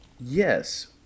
Yes